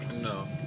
No